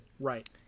right